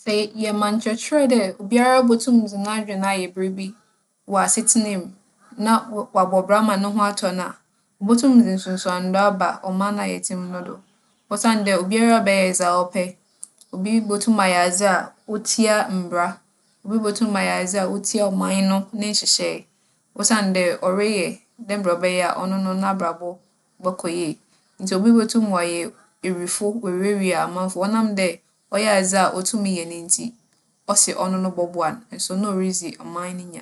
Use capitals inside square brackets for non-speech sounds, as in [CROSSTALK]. Sɛ yɛ - yɛma nkyerɛkyerɛ dɛ obiara botum dze n'adwen ayɛ biribi [NOISE] wͻ asetsena mu [NOISE] na wͻa - wͻabͻ bra ma noho atͻ no a, obotum dze [NOISE] nsunsuando aba ͻman a yɛtse mu no do, osiandɛ obiara bɛyɛ dza ͻpɛ. Obi botum ayɛ adze a otsia mbra, obi botum ayɛ adze a otsia ͻman no ne nhyehyɛɛ osiandɛ ͻreyɛ dɛ mbrɛ ͻbɛyɛ a ͻno no n'abrabͻ bͻkͻ yie. Ntsi obi botum ͻayɛ ewifo oeewiawia amamfo, ͻnam dɛ ͻyɛ adze a otum yɛ no ntsi, ͻse ͻno no bͻboa no, nso na oridzi ͻman no nya.